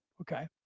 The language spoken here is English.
Okay